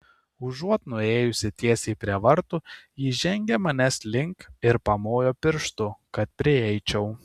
užuot nuėjusi tiesiai prie vartų ji žengė manęs link ir pamojo pirštu kad prieičiau